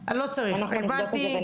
אין בעיה, אנחנו נבדוק את זה.